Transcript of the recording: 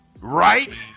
Right